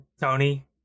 Tony